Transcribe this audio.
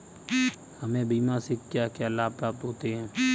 हमें बीमा से क्या क्या लाभ प्राप्त होते हैं?